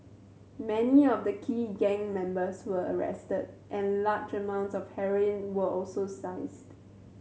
many of the key gang members were arrested and large amounts of heroin were also seized